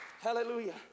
Hallelujah